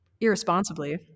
irresponsibly